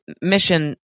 mission